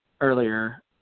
earlier